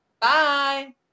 Bye